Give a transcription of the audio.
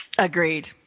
Agreed